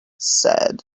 said